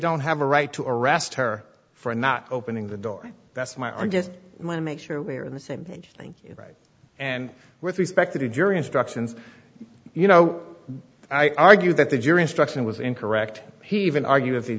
don't have a right to arrest her for not opening the door that's my are just my make sure we are in the same thing right and with respect to the jury instructions you know i argued that the jury instruction was incorrect he even argue